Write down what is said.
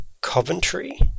Coventry